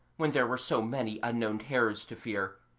when there were so many unknown terrors to fear,